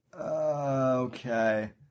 okay